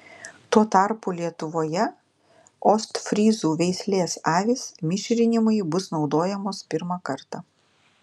tuo tarpu lietuvoje ostfryzų veislės avys mišrinimui bus naudojamos pirmą kartą